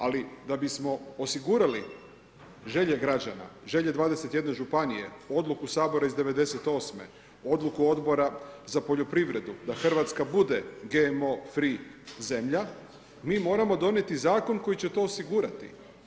Ali da bismo osigurali želje građana, želje 21 županije, odluku Sabora iz '98., odluku Odbora za poljoprivredu, da Hrvatska bude GMO free zemlja mi moramo donijeti zakon koji će to osigurati.